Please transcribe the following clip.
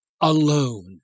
alone